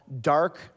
dark